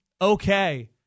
Okay